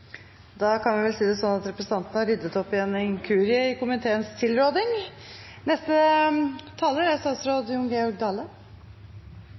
Da kan vi vel si det slik at representanten har ryddet opp i en inkurie i komiteens tilråding. Dette er